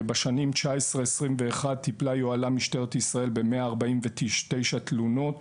בשנים 2019-2021 טיפלה יוהל"ם משטרת ישראל בכ-149 תלונות.